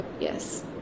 Yes